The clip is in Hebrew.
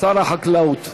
שר החקלאות.